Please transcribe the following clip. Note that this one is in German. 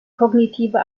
kognitive